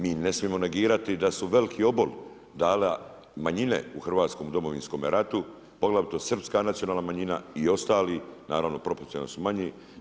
Mi ne smijemo negirati da su veliki obol dale manjine u hrvatskom Domovinskom ratu, poglavito srpska nacionalna manjina i ostali, naravno proporcionalno su manji.